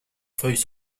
feuilles